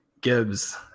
Gibbs